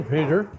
Peter